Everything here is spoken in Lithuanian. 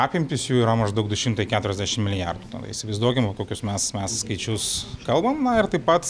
apimtys jų yra maždaug du šimtai keturiasdešim milijardų nu įsivaizduokime kokius mes mes skaičius kalbam ir taip pat